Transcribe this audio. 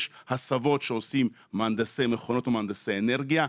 יש הסבות שעושים מהנדסי מכונות ומהנדסי אנרגיה.